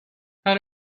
how